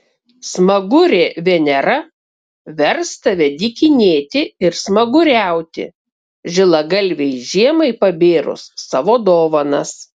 smagurė venera vers tave dykinėti ir smaguriauti žilagalvei žiemai pabėrus savo dovanas